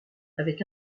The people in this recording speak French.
avec